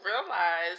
realize